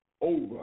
over